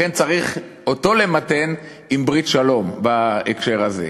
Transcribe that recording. לכן צריך אותו למתן עם ברית שלום, בהקשר הזה.